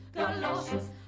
galoshes